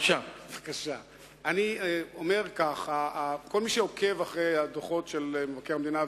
אני אומר כך: כל מי שעוקב אחרי הדוחות של מבקר המדינה,